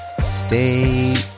Stay